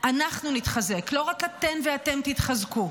אנחנו נתחזק, לא רק אתן ואתם תתחזקו,